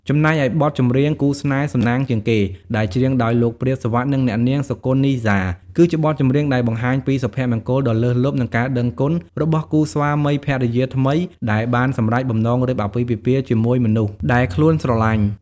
ចំណែកឯបទចម្រៀង គូស្នេហ៍សំណាងជាងគេ ដែលច្រៀងដោយលោក ព្រាប សុវត្ថិ និងអ្នកនាង សុគន្ធ នីសា គឺជាបទចម្រៀងដែលបង្ហាញពី សុភមង្គលដ៏លើសលប់ និងការដឹងគុណ របស់គូស្វាមីភរិយាថ្មីដែលបានសម្រេចបំណងរៀបអាពាហ៍ពិពាហ៍ជាមួយមនុស្សដែលខ្លួនស្រឡាញ់។